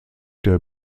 der